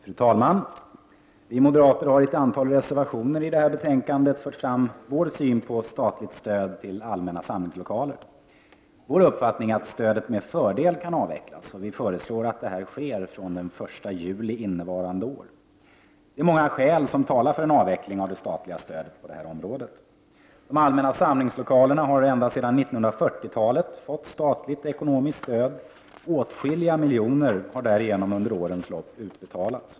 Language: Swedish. Fru talman! Vi moderater har i ett antal reservationer i detta betänkande fört fram vår syn på statligt stöd till allmänna samlingslokaler. Vår uppfattning är att stödet med fördel kan avvecklas, och vi föreslår att detta sker fr.o.m. den 1 juli innevarande år. Det är många skäl som talar för en avveckling av det statliga stödet på detta område. De allmänna samlingslokalerna har ända sedan 1940-talet fått statligt ekonomiskt stöd. Åtskilliga miljoner har därigenom under årens lopp utbetalats.